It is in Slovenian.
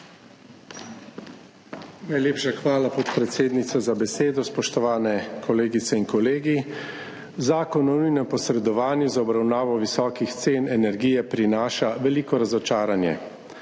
Najlepša hvala, podpredsednica za besedo. Spoštovane kolegice in kolegi! Zakon o nujnem posredovanju za obravnavo visokih cen energije prinaša veliko razočaranje.